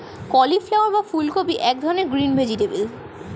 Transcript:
cauliflower বা ফুলকপি এক ধরনের গ্রিন ভেজিটেবল